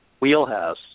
wheelhouse